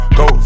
go